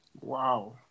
wow